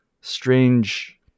strange